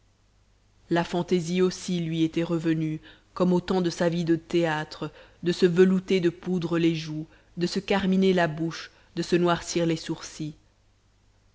la fantaisie aussi lui était revenue comme au temps de sa vie de théâtre de se velouter de poudre les joues de se carminer la bouche de se noircir les sourcils